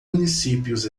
municípios